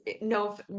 no